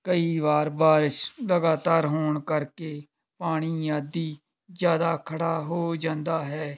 ਕਈ ਵਾਰ ਬਾਰਿਸ਼ ਲਗਾਤਾਰ ਹੋਣ ਕਰਕੇ ਪਾਣੀ ਆਦਿ ਜ਼ਿਆਦਾ ਖੜ੍ਹਾ ਹੋ ਜਾਂਦਾ ਹੈ